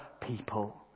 people